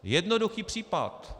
Jednoduchý případ.